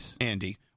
Andy